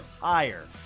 higher